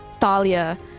Thalia